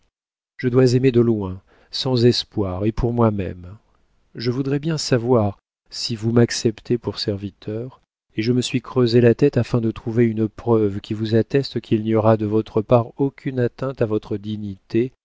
je dois aimer de loin sans espoir et pour moi-même je voudrais bien savoir si vous m'acceptez pour serviteur et je me suis creusé la tête afin de trouver une preuve qui vous atteste qu'il n'y aura de votre part aucune atteinte à votre dignité